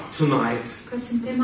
tonight